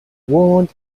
warned